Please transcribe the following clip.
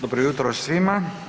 Dobro jutro svima.